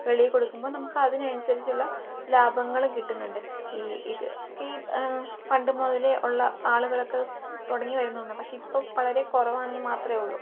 വെളിയെ കൊടുക്കുമ്പോൾ നമുക്ക് അതിനനുസരിച്ചുള്ള ലാഭങ്ങൾ കിട്ടുന്നുണ്ട് ഈ ഇതൊക്കെ ഈ പണ്ടു മുതലേ ഉള്ള ആളുകളൊക്കെ തുടങ്ങി വരുന്ന ഒന്ന് പക്ഷെ ഇപ്പം വളരെ കുറവാണെന്നു മാത്രമേ ഉള്ളൂ